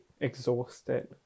exhausted